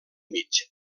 mig